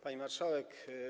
Pani Marszałek!